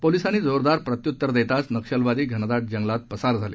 पोलिसांनी जोरदार प्रत्युत्तर देताच नक्षलवादी घनदाट जंगलात पसार झाले